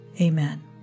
Amen